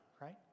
right